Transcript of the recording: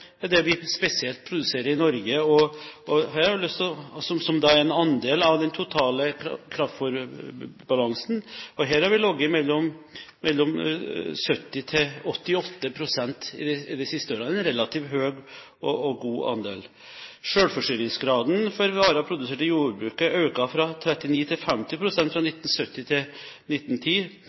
Karbohydrater er det vi spesielt produserer i Norge, som er en andel av den totale kraftfôrbalansen, og her har vi ligget mellom 70 og 88 pst. i de siste årene – en relativt høy og god andel. Selvforsyningsgraden for varer produsert i jordbruket har økt fra 39 til 50 pst. fra 1970 til